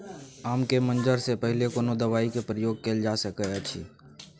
आम के मंजर से पहिले कोनो दवाई के प्रयोग कैल जा सकय अछि?